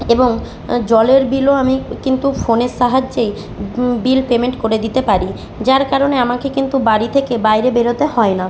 এবং জলের বিলও আমি কিন্তু ফোনের সাহায্যেই বিল পেমেন্ট করে দিতে পারি যার কারণে আমাকে কিন্তু বাড়ি থেকে বাইরে বেরোতে হয় না